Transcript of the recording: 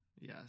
Yes